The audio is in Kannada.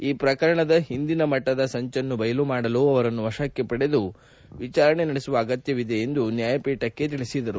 ಈ ಪ್ರಕರಣದ ಹಿಂದಿನ ದೊಡ್ಡ ಮಟ್ಟದ ಸಂಚನ್ನು ಬಯಲು ಮಾಡಲು ಅವರನ್ನು ವಶಕ್ಕೆ ಪಡೆದು ವಿಚಾರಣೆ ನಡೆಸುವ ಅಗತ್ಯವಿದೆ ಎಂದು ನ್ಯಾಯಪೀಠಕ್ಕೆ ತಿಳಿಸಿದರು